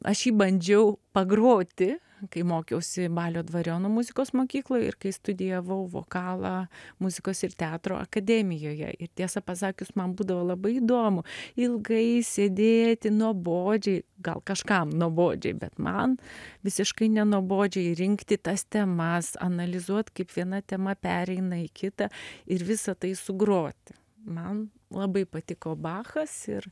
aš jį bandžiau pagroti kai mokiausi balio dvariono muzikos mokykloj ir kai studijavau vokalą muzikos ir teatro akademijoje ir tiesą pasakius man būdavo labai įdomu ilgai sėdėti nuobodžiai gal kažkam nuobodžiai bet man visiškai nenuobodžiai rinkti tas temas analizuot kaip viena tema pereina į kitą ir visa tai sugroti man labai patiko bachas ir